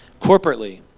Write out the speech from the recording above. corporately